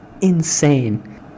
insane